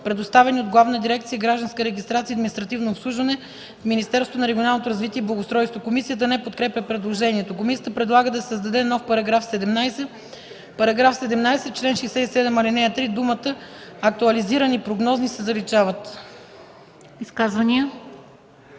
предоставени от Главна дирекция „Гражданска регистрация и административно обслужване” в Министерството на регионалното развитие и благоустройството.” Комисията не подкрепя предложението. Комисията предлага да се създаде нов § 17: „§ 17. В чл. 67, ал. 3 думите „актуализирани прогнозни” се заличават.”